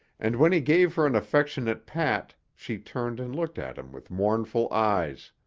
and when he gave her an affectionate pat she turned and looked at him with mournful eyes.